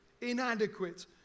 inadequate